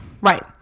Right